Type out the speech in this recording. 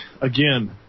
again